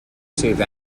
save